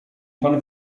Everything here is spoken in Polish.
pan